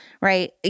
right